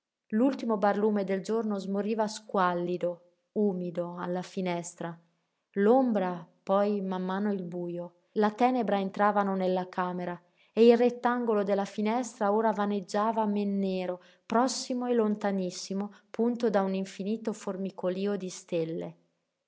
l'ultimo barlume del giorno smoriva squallido umido alla finestra l'ombra poi man mano il bujo la tenebra entravano nella camera e il rettangolo della finestra ora vaneggiava men nero prossimo e lontanissimo punto da un infinito formicolío di stelle